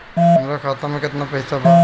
हमरा खाता में केतना पइसा बा?